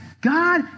God